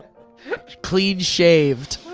clean shaved.